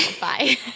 bye